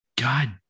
god